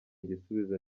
igisubizo